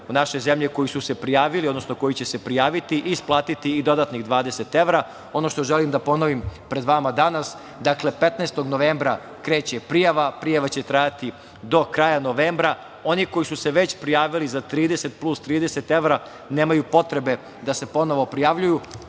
naše zemlje koji su se prijavili, odnosno koji će se prijaviti isplatiti i dodatnih 20 evra. Ono što želim da ponovim pred vama danas, dakle 15. novembra kreće prijava i prijava će trajati do kraja novembra. Oni koji su se već prijavili za 30 plus 30 evra nemaju potrebe da se ponovo prijavljuju.